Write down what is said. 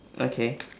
okay